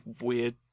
weird